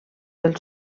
del